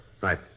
Right